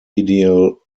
ideal